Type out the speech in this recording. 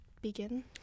begin